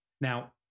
now